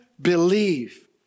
believe